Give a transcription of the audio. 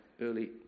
early